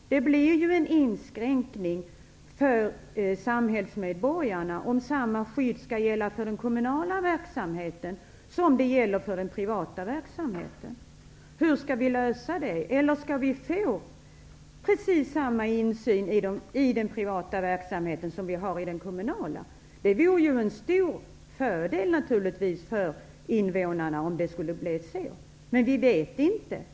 Det blir en inskränkning för samhällsmedborgarna om samma skydd skall gälla för den kommunala som för den privata verksamheten. Hur skall vi lösa det? Eller skall vi få precis samma insyn i den privata verksamheten som vi har i den kommunala? Det vore i så fall en stor fördel för invånarna. Vi vet dock inte hur det skall bli.